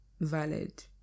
Valid